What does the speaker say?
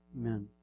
Amen